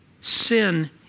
sin